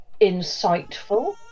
insightful